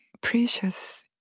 precious